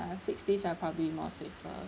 ~a fixed Ds are probably more safer